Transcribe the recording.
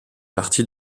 partie